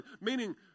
meaning